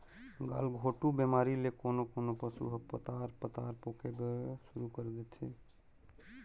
गलघोंटू बेमारी ले कोनों कोनों पसु ह पतार पतार पोके के सुरु कर देथे